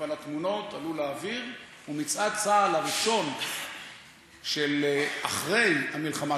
אבל התמונות עלו לאוויר ומצעד צה"ל הראשון של אחרי המלחמה,